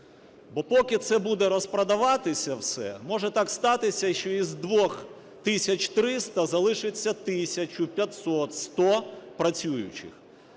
Бо поки це буде розпродаватися все, може так статися, що із 2 тисяч 300 залишиться тисяча, 500, 100 працюючих.